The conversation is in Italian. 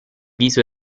viso